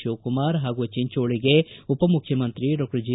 ಶಿವಕುಮಾರ್ ಹಾಗೂ ಚಿಂಚೋಳಿಗೆ ಉಪಮುಖ್ಯಮಂತ್ರಿ ಡಾಕ್ವರ್ ಜಿ